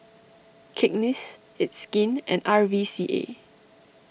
Cakenis It's Skin and R V C A